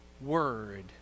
word